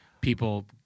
people